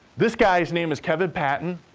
this guy's name is kevin patton.